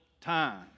time